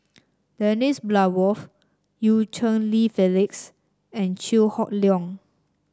Dennis Bloodworth Eu Cheng Li Phyllis and Chew Hock Leong